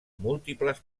múltiples